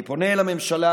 אני פונה לממשלה,